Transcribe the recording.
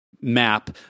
map